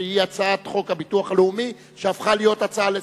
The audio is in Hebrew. שהיא הצעת חוק הביטוח הלאומי שהפכה להיות הצעה לסדר-היום?